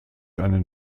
einen